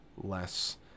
less